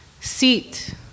seat